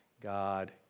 God